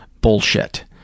bullshit